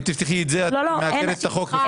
אם תכתבי את זה את מעקרת את החוק.